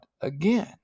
again